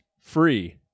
free